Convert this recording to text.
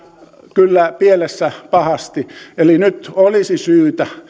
kyllä pielessä pahasti eli nyt olisi syytä